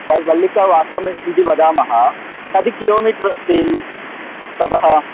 वल् वळ्ळिकाव् आश्रमः इति वदामः कति किलोमीटर् अस्ति ततः